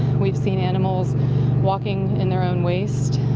we've seen animals walking in their own waste,